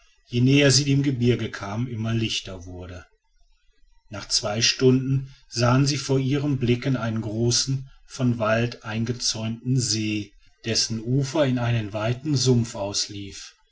je näher sie dem gebirge kamen immer lichter wurde nach zwei stunden sahen sie vor ihren blicken einen großen von wald eingezäunten see dessen ufer in einen weiten sumpf auslief